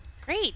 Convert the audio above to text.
Great